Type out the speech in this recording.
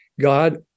God